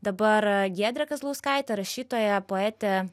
dabar giedrė kazlauskaitė rašytoja poetė